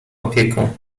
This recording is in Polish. opieką